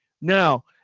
Now